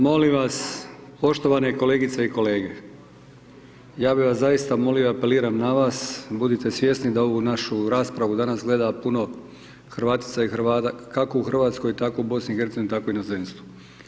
Molim vas, poštovane kolegice i kolege, ja bi vas zaista molio i apeliram na vas, budite svjesni da ovu vašu raspravu danas gleda, puno Hrvatica i Hrvata, kako u Hrvatskoj, tako i u BIH, tako i u inozemstvu.